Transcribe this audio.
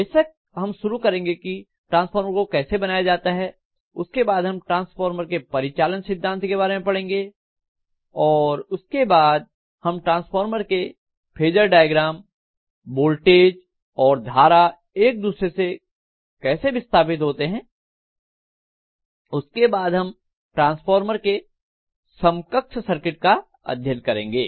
बेशक हम शुरू करेंगे की ट्रांसफॉर्मर को कैसे बनाया जाता है उसके बाद हम ट्रांसफॉर्मर के परिचालन सिद्धांत के बारे में पढ़ेंगे और उसके बाद हम ट्रांसफॉर्मर के फेजरडायग्राम वोल्टेज और धारा एक दूसरे से कैसे विस्थापित होते हैं उसके बाद हम ट्रांसफार्मर के समकक्ष सर्किट का अध्ययन करेंगे